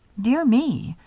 dear me,